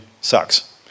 sucks